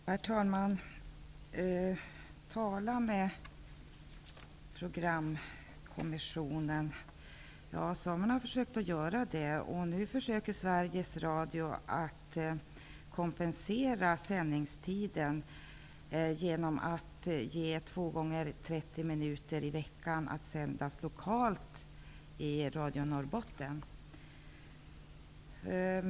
Herr talman! Samerna har försökt att tala med programkommissionen. Nu försöker Sveriges Radio att kompensera sändningstiden genom att ge Norrbotten.